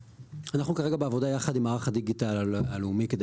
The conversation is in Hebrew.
אנחנו כרגע בעבודה יחד עם מערך הדיגיטל הלאומי כדי